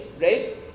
right